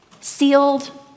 sealed